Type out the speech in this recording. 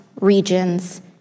regions